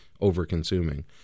over-consuming